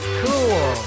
cool